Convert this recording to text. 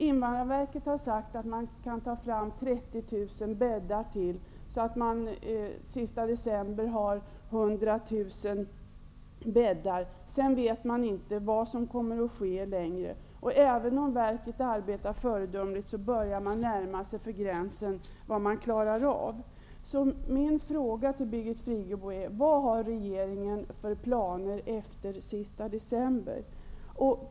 Invandrarverket har sagt att man kan ta fram ytterligare 30 000 bäddar, så att det den sista december finns 100 000 bäddar. Sedan vet man inte vad som kommer att ske. Även om verket arbetar föredömligt börjar man närma sig gränsen för vad man klarar av. Min fråga till Birgit Friggebo är: Vilka planer har regeringen för tiden efter den sista december?